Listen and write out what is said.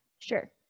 Sure